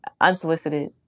unsolicited